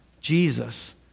Jesus